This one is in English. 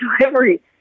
delivery